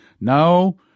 No